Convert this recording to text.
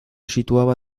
situaba